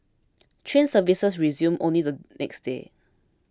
train services resumed only the next day